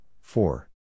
four